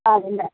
ആണല്ലേ